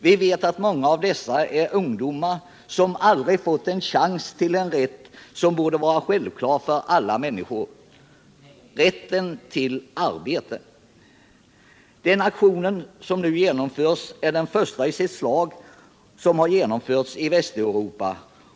Vi vet att många av dessa är ungdomar som aldrig har fått en chans till den rätt som borde vara självklar för alla människor, rätten till arbete. Den aktion som nu genomförs är den första i sitt slag i Västeuropa.